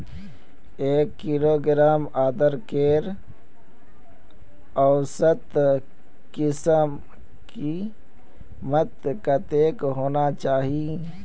एक किलोग्राम अदरकेर औसतन कीमत कतेक होना चही?